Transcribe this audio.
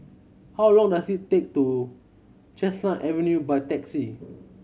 how long does it take to Chestnut Avenue by taxi